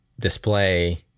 display